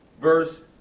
verse